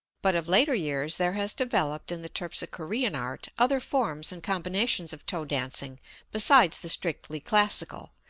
but of later years there has developed in the terpsichorean art other forms and combinations of toe dancing besides the strictly classical,